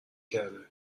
کرده